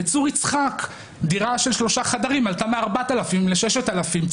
בצור יצחק דירה של שלושה חדרים עלתה מ-4,000 ל-6,000 שקלים.